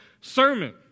sermon